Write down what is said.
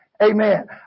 Amen